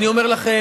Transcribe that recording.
אני אומר לכם,